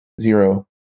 zero